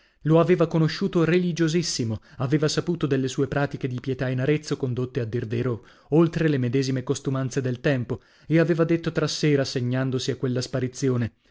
lo aveva conosciuto religiosissimo aveva saputo delle sue pratiche di pietà in arezzo condotte a dir vero oltre le medesime costumanze del tempo e aveva detto tra sè rassegnandosi a quella sparizione